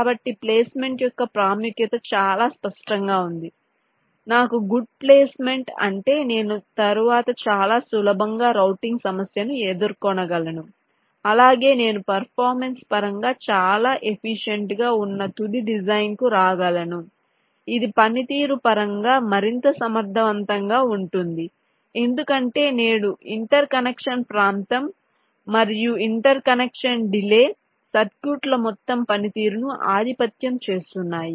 కాబట్టి ప్లేస్మెంట్ యొక్క ప్రాముఖ్యత చాలా స్పష్టంగా ఉంది నాకు గుడ్ ప్లేస్మెంట్ ఉంటే నేను తరువాత చాలా సులభంగా రౌటింగ్ సమస్యను ఎదుర్కొనగలను అలాగే నేను పెర్ఫార్మన్స్ పరం గా చాలా ఎఫిషియంట్ గా ఉన్న తుది డిజైన్ కు రాగలను ఇది పనితీరు పరంగా మరింత సమర్థవంతంగా ఉంటుంది ఎందుకంటే నేడు ఇంటర్ కనెక్షన్ ప్రాంతం మరియు ఇంటర్ కనెక్షన్ డిలే సర్క్యూట్ల మొత్తం పనితీరును ఆధిపత్యం చేస్తున్నాయి